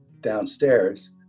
downstairs